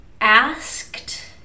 asked